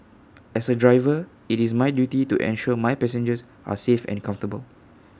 as A driver IT is my duty to ensure my passengers are safe and comfortable